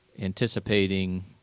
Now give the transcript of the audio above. anticipating